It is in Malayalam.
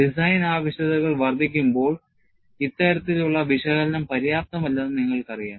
ഡിസൈൻ ആവശ്യകതകൾ വർദ്ധിക്കുമ്പോൾ ഇത്തരത്തിലുള്ള വിശകലനം പര്യാപ്തമല്ലെന്ന് നിങ്ങൾക്കറിയാം